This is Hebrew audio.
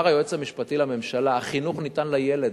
אמר היועץ המשפטי לממשלה: החינוך ניתן לילד,